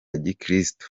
gikirisitu